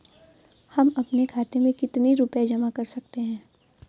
हम अपने खाते में कितनी रूपए जमा कर सकते हैं?